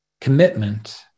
commitment